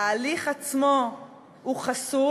ההליך עצמו חסוי,